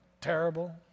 Terrible